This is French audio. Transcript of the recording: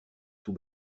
tout